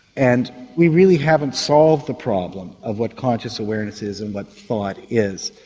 and we really haven't solved the problem of what conscious awareness is and what thought is.